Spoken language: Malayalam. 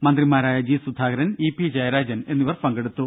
മന്ത്രിമാരായ G Sudhakaran E P Jayarajan എന്നിവർ പങ്കെടുത്തു